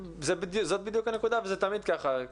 זאת בדיוק הנקודה וזה תמיד ככה,